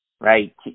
right